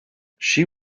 she